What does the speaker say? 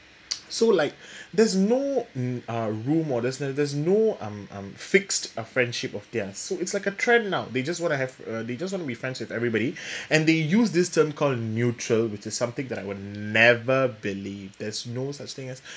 so like there's no mm uh rule models there's there's no um um fixed uh friendship of theirs so it's like a trend now they just want to have uh they just want to be friends with everybody and they use this term called neutral which is something that I would never believe there's no such thing as